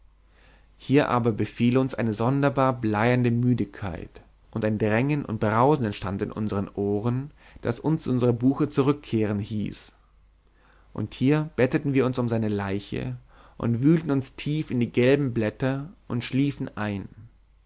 hier aber befiel uns eine sonderbar bleierne müdigkeit und ein drängen und brausen entstand in unseren ohren das uns zu unserer buche zurückkehren hieß und hier betteten wir uns um seine leiche und wühlten uns tief in die gelben blätter und schliefen ein